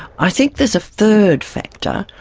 i think there's a third factor,